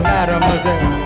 Mademoiselle